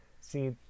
see